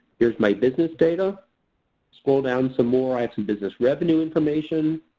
there's my business data scroll down some more i have some business revenue information.